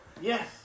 Yes